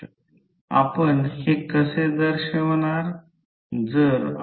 17 metre आहे